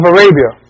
Arabia